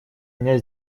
меня